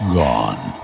gone